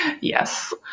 Yes